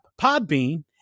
Podbean